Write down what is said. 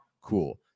cool